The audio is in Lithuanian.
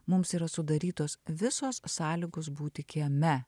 mums yra sudarytos visos sąlygos būti kieme